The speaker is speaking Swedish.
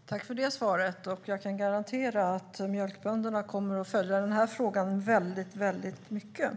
Fru talman! Tack för svaret! Jag kan garantera att mjölkbönderna kommer att följa den här frågan väldigt noga.